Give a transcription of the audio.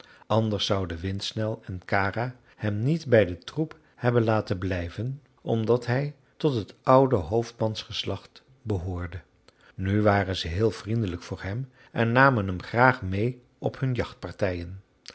anders zouden windsnel en kara hem niet bij den troep hebben laten blijven omdat hij tot het oude hoofdmansgeslacht behoorde nu waren ze heel vriendelijk voor hem en namen hem graag meê op hun